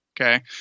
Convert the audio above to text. Okay